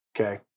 okay